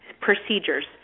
Procedures